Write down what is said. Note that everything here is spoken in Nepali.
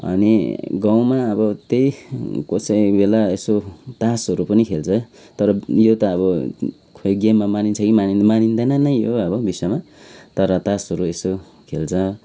अनि गाउँमा अब त्यही कसै बेला यसो तासहरू पनि खेल्छ तर यो त अब खोइ गेममा मानिन्छ कि मानिन् मानिँदैन नै यो अब विश्वमा तर तासहरू यसो खेल्छ